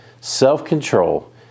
self-control